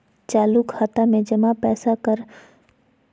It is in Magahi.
चालू खाता में जमा पैसा पर बैंक कोय ब्याज नय दे हइ